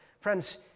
Friends